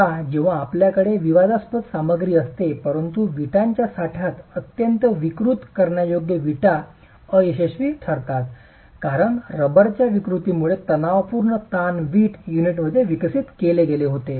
आता जेव्हा आपल्याकडे विवादास्पद सामग्री असते परंतु विटांच्या साठ्यात अत्यंत विकृत करण्यायोग्य विटा अयशस्वी ठरतात कारण रबरच्या विकृतीमुळे तणावपूर्ण ताण वीट युनिटमध्ये विकसित केले गेले होते